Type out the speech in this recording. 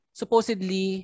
supposedly